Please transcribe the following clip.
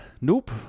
Nope